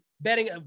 betting